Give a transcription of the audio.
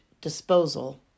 disposal